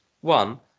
One